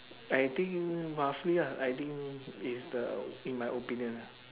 I think roughly uh I think is the in my opinion ah